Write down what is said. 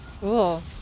cool